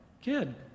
kid